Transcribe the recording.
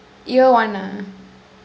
year one ah